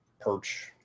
perch